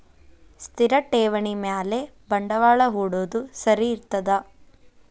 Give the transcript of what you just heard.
ಸ್ಥಿರ ಠೇವಣಿ ಮ್ಯಾಲೆ ಬಂಡವಾಳಾ ಹೂಡೋದು ಸರಿ ಇರ್ತದಾ?